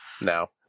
No